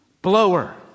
Blower